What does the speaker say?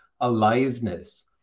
aliveness